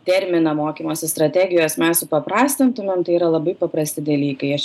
terminą mokymosi strategijos mes supaprastintumėm tai yra labai paprasti dalykai aš